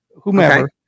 whomever